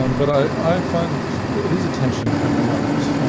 um but i find it is a tension at the moment,